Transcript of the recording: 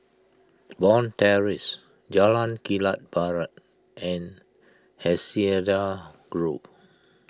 Bond Terrace Jalan Kilang Barat and Hacienda Grove